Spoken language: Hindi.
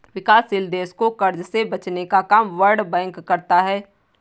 विकासशील देश को कर्ज से बचने का काम वर्ल्ड बैंक करता है